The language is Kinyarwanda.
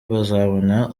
bazabona